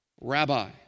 Rabbi